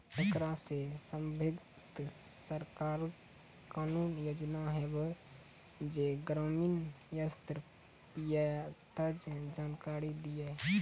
ऐकरा सऽ संबंधित सरकारक कूनू योजना होवे जे ग्रामीण स्तर पर ये तऽ जानकारी दियो?